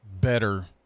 better